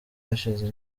hashize